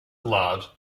lard